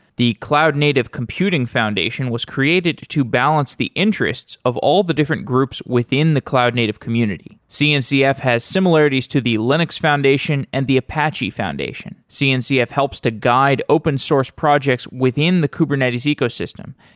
the cloud native computing foundation was created to balance the interests of all the different groups within the cloud native community. cncf has similarities to the linux foundation and the apache foundation. cncf helps to guide open source projects within the kubernetes ecosystem,